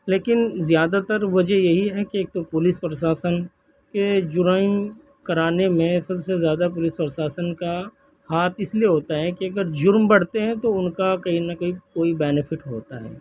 لیکن زیادہ تر وجہ یہی ہے کہ ایک تو پولیس پرشاسن یہ جرائم کرانے میں سب سے زیادہ پولیس پرشاسن کا ہاتھ اس لیے ہوتا ہے کہ اگر جرم بڑھتے ہیں تو ان کا کہیں نہ کہیں کوئی بینفٹ ہوتا ہے